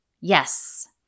Yes